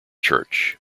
church